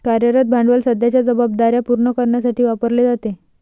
कार्यरत भांडवल सध्याच्या जबाबदार्या पूर्ण करण्यासाठी वापरले जाते